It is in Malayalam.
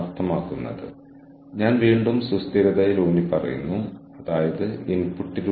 നമ്മൾ നിരന്തരം പരസ്പരമുള്ളവരുടെ ജീവിതത്തിലാണ്